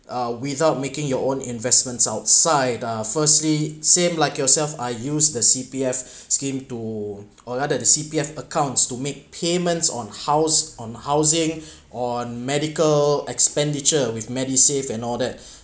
uh without making your own investments outside uh firstly same like yourself I use the C_P_F scheme to or rather the C_P_F accounts to make payments on house on housing on medical expenditure with medisave and all that